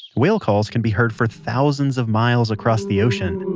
whale calls can be heard for thousands of miles across the ocean.